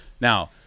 Now